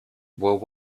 were